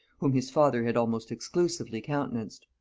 whom his father had almost exclusively countenanced.